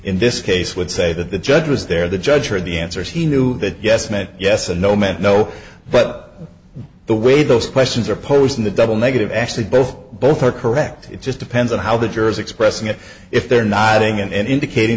in this case would say that the judge was there the judge or the answers he knew that yes meant yes and no meant no but the way those questions are posed in the double negative actually both both are correct it just depends on how the jurors expressing it if they're nodding and indicating